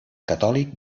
catòlic